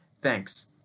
Thanks